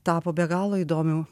tapo be galo įdomiu